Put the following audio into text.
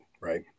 right